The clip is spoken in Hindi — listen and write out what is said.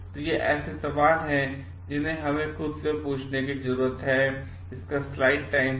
तो ये ऐसे सवाल हैं जो हमें खुद से पूछने की जरूरत है